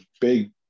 big